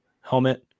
helmet